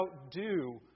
outdo